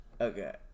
Okay